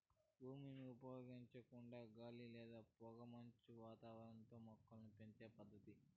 భూమిని ఉపయోగించకుండా గాలి లేదా పొగమంచు వాతావరణంలో మొక్కలను పెంచే పద్దతి